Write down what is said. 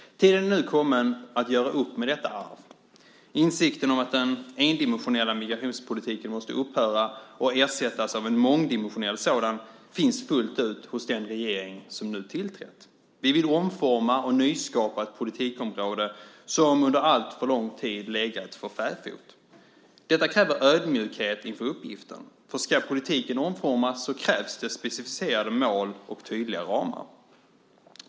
Tiden är nu kommen att göra upp med detta arv. Insikten om att den endimensionella migrationspolitiken måste upphöra och ersättas av en mångdimensionell sådan finns fullt ut hos den regering som nu tillträtt. Vi vill omforma och nyskapa ett politikområde som under alltför lång tid legat för fäfot. Detta kräver ödmjukhet inför uppgiften, för ska politiken omformas krävs specificerade mål och tydliga ramar.